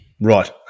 Right